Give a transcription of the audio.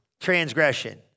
transgression